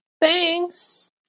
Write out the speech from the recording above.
Thanks